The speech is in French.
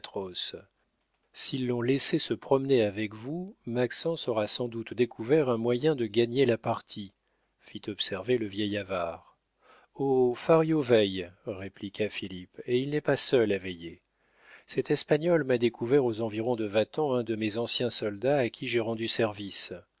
s'ils l'ont laissé se promener avec vous maxence aura sans doute découvert un moyen de gagner la partie fit observer le vieil avare oh fario veille répliqua philippe et il n'est pas seul à veiller cet espagnol m'a découvert aux environs de vatan un de mes anciens soldats à qui j'ai rendu service